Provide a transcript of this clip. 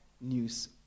news